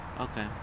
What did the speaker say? Okay